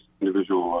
individual